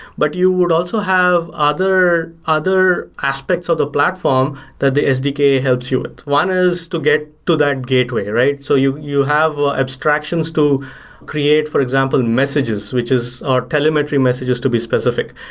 but you would also have other other aspects of the platform that the sdk helps you with. one is to get to that gateway, right? so you you have abstractions to create for example, messages which is our telemetry messages to be specific.